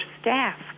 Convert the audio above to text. staff